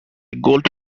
gold